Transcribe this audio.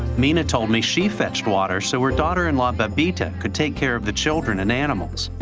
nina told me she fetched water so her daughter-in-law but but could take care of the children and animals.